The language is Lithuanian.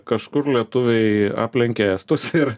kažkur lietuviai aplenkė estus ir